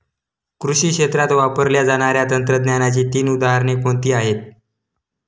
कृषी क्षेत्रात वापरल्या जाणाऱ्या तंत्रज्ञानाची तीन उदाहरणे कोणती आहेत?